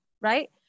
right